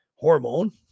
hormone